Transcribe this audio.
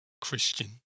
Christian